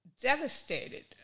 devastated